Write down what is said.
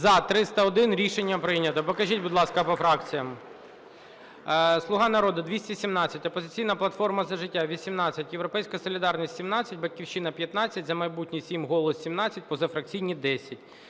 За-301 Рішення прийнято. Покажіть, будь ласка, по фракціях. "Слуга народу" – 217, "Опозиційна платформа – За життя" – 18, "Європейська солідарність" – 17, "Батьківщина" – 15, "За майбутнє" – 7, "Голос" – 17, позафракційні – 10.